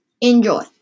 enjoy